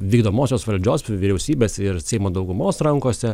vykdomosios valdžios vyriausybės ir seimo daugumos rankose